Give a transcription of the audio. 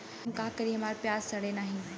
हम का करी हमार प्याज सड़ें नाही?